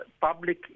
public